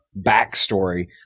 backstory